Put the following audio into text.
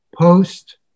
post